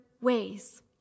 ways